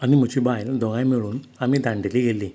आनी म्हजी बायल दोगांय मेळून आमी दांडेली गेल्लीं